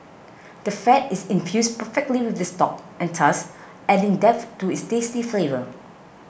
the fat is infused perfectly with the stock and thus adding depth to its tasty flavour